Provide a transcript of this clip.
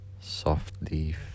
softly